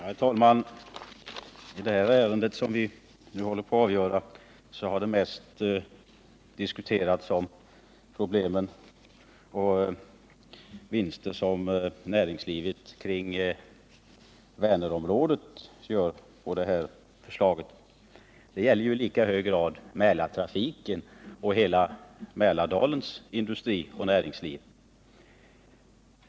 Herr talman! I det ärende som vi nu behandlar har man mest diskuterat problemen med de vinster som näringslivet i Vänerområdet kommer att göra på det framlagda förslaget, men frågan gäller i lika hög grad Mälartrafiken och hela Mälardalens industri och näringsliv.